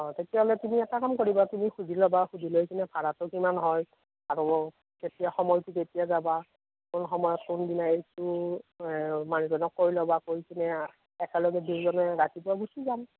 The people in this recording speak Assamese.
অ তেতিয়াহ'লে তুমি এটা কাম কৰিবা তুমি সুধি ল'বা সুধি লৈকেনে ভাড়াটো কিমান হয় আৰু কেতিয়া সময়টো কেতিয়া যাবা কোন সময়ত কোন দিনা এইটো মানুহজনক কৈ ল'বা কৈপিনে একেলগে দুইজনে ৰাতিপুৱা গুচি যাম